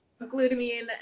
glutamine